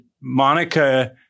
Monica